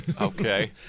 okay